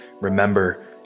Remember